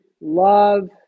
love